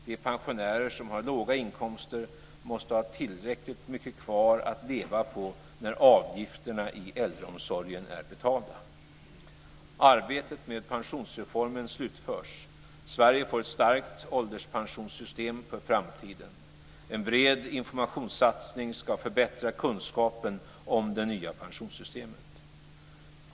De pensionärer som har låga inkomster måste ha tillräckligt mycket kvar att leva på när avgifterna i äldreomsorgen är betalda. Arbete med pensionsreformen slutförs. Sverige får ett starkt ålderspensionssystem för framtiden. En bred informationssatsning ska förbättra kunskapen om det nya pensionssystemet.